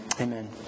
Amen